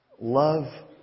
love